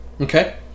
okay